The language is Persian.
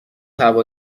هوا